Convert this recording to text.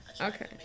Okay